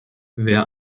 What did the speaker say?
wer